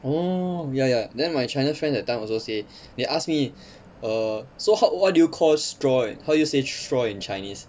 oh ya ya then my china friend that time also say they ask me err so hor what do you call straw how do you say straw in chinese